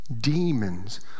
Demons